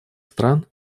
стран